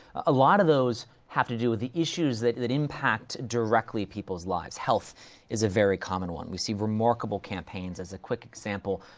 a lot of those have to do with the issues that, that impact, directly, peoples' lives. health is a very common one. we see remarkable campaigns. as a quick example,